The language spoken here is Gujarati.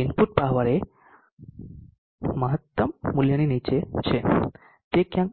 ઇનપુટ પાવર એ મહત્તમ મૂલ્યની નીચે છે તે ક્યાંક